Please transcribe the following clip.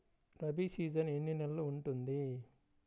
Rabi season ఎన్ని నెలలు ఉంటుంది?